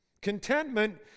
Contentment